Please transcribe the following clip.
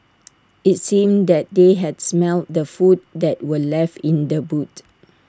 IT seemed that they had smelt the food that were left in the boot